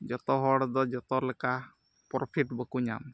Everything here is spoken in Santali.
ᱡᱚᱛᱚ ᱦᱚᱲ ᱫᱚ ᱡᱚᱛᱚ ᱞᱮᱠᱟ ᱯᱨᱚᱯᱷᱤᱴ ᱵᱟᱠᱚ ᱧᱟᱢᱫᱟ